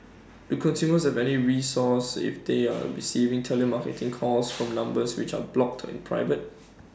do consumers have any recourse if they are receiving telemarketing calls from numbers which are blocked or private